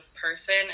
person